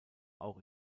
auch